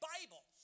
Bible